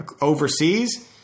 overseas